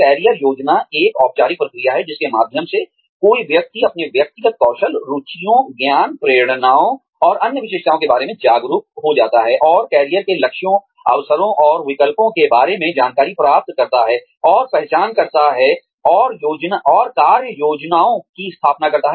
career योजना एक औपचारिक प्रक्रिया है जिसके माध्यम से कोई व्यक्ति अपने व्यक्तिगत कौशल रुचियों ज्ञान प्रेरणाओं और अन्य विशेषताओं के बारे में जागरूक हो जाता है और करियर के लक्ष्यों अवसरों और विकल्पों के बारे में जानकारी प्राप्त करता है और पहचान करता है और कार्य योजनाओं की स्थापना करता है